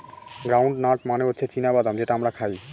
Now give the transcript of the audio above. ground nut মানে হচ্ছে চীনা বাদাম যেটা আমরা খাই